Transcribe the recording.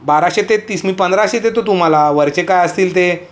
बाराशे ते तीस मी पंधराशे देतो तुम्हाला वरचे काय असतील ते